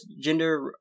gender